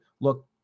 look